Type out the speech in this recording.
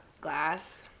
glass